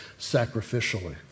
sacrificially